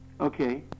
Okay